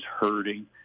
hurting